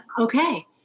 okay